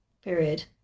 period